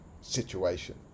situation